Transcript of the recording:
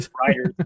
writers